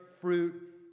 fruit